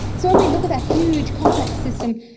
so when we look at that huge complex system,